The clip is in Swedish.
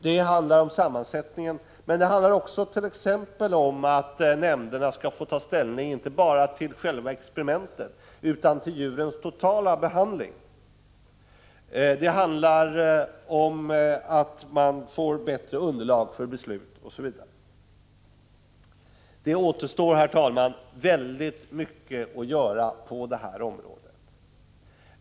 Det handlar om sammansättningen men också om att nämnderna skall få ta ställning till inte bara själva experimenten utan också till djurens totala behandling. Det handlar vidare om att få bättre underlag för beslut, osv. Det återstår, herr talman, väldigt mycket att göra på detta område.